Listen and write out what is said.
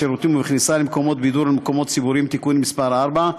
בשירותים ובכניסה למקומות בידור ולמקומות ציבוריים (תיקון מס׳ 4)